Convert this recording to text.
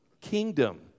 Kingdom